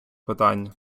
питання